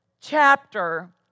chapter